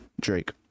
drake